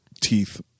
teeth